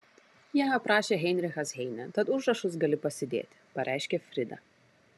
ją aprašė heinrichas heinė tad užrašus gali pasidėti pareiškė frida